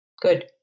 Good